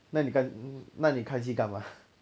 那你干那你看戏干嘛